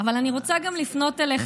אבל אני רוצה גם לפנות אליך,